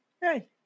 Hey